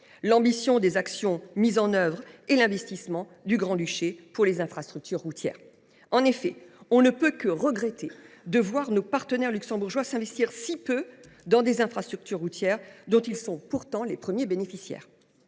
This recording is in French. l’ambition des actions mises en œuvre et l’investissement du Grand Duché pour les infrastructures routières. En effet, on ne peut que regretter de voir nos partenaires luxembourgeois s’investir si peu dans des infrastructures routières, dont ils sont pourtant les premiers bénéficiaires.